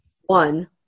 one